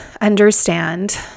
understand